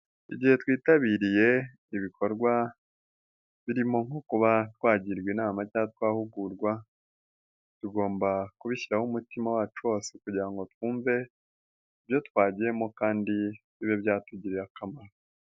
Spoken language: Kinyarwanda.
Igihe twitabiriye ibikorwa birimo nko kuba twagirwa inama cyangwa twahugurwa, tugomba kubishyiraho umutima wacu wose kugira ngo twumve, ibyo twagiyemo kandi bibe byatugirira akamaro.